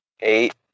eight